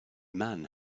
man